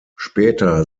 später